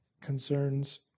concerns